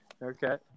Okay